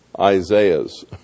Isaiah's